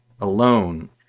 alone